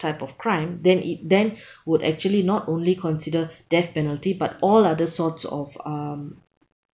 type of crime then it then would actually not only consider death penalty but all other sorts of um